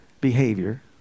behavior